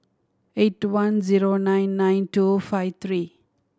eight two one zero nine nine two five three